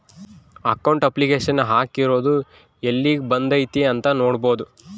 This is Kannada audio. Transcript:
ಅಕೌಂಟ್ ಅಪ್ಲಿಕೇಶನ್ ಹಾಕಿರೊದು ಯೆಲ್ಲಿಗ್ ಬಂದೈತೀ ಅಂತ ನೋಡ್ಬೊದು